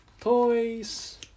toys